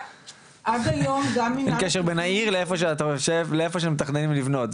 אין קשר בין העיר לאיפה שמתכננים לבנות,